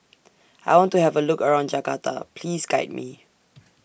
I want to Have A Look around Jakarta Please Guide Me